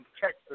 Texas